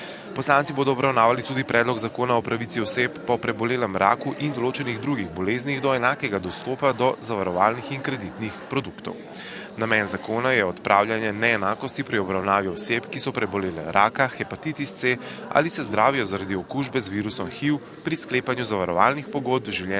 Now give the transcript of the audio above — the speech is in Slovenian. poslanci! Namen Predloga zakona o pravici oseb po prebolelem raku in določenih drugih bolezni do enakega dostopa do zavarovalnih in kreditnih produktov je odpravljanje neenakosti pri obravnavi oseb, ki so prebolele raka, hepatitis C in se zdravijo, zaradi okužbe s HIV pri sklepanju zavarovalnih pogodb življenjskih